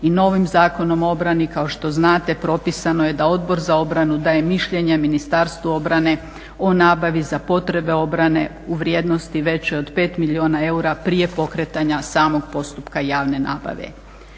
i novim Zakonom o obrani kao što znate propisano je da Odbor za obranu daje mišljenje Ministarstvu obrane o nabavi za potrebe obrane u vrijednosti većoj od 5 milijuna eura prije pokretanja samog postupka javne nabave.